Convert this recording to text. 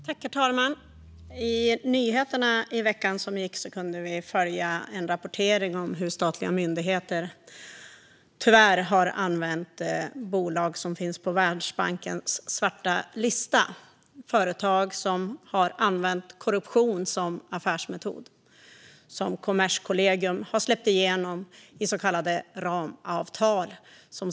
Herr talman! I nyheterna under veckan som gick kunde vi följa en rapportering om hur statliga myndigheter tyvärr har använt bolag som finns på Världsbankens svarta lista. Det handlar om företag som har använt korruption som affärsmetod. Dessa har Kommerskollegium släppt igenom i så kallade ramavtal.